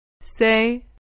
Say